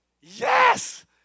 Yes